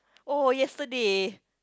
oh yesterday